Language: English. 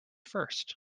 first